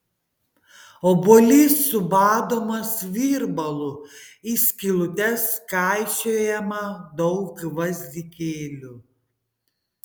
obuolys subadomas virbalu į skylutes kaišiojama daug gvazdikėlių